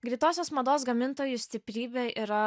greitosios mados gamintojų stiprybė yra